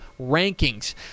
rankings